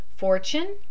Fortune